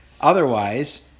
Otherwise